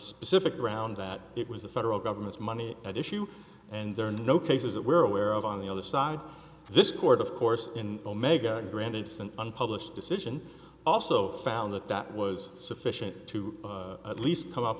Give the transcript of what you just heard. specific grounds that it was the federal government's money at issue and there are no cases that we're aware of on the other side this court of course in omega granted it's an unpublished decision also found that that was sufficient to at least come up